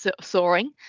soaring